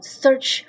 search